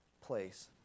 place